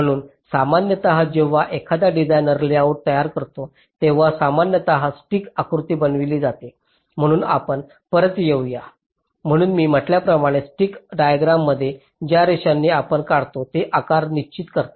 म्हणून सामान्यत जेव्हा एखादा डिझाइनर लेआउट तयार करतो तेव्हा सामान्यत स्टिक आकृती बनविली जाते म्हणून आपण परत येऊ या म्हणून मी म्हटल्याप्रमाणे स्टिक डायग्राममध्ये ज्या रेषांनी आपण काढतो ते आकार निश्चित करतात